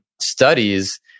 studies